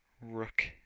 rook